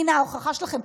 הינה ההוכחה שלכם,